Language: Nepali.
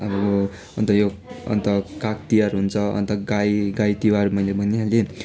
अब यो अन्त यो अन्त काग तिहार हुन्छ अन्त गाई गाई तिहार मैले भनिहालेँ